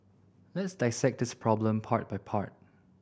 let's dissect this problem part by part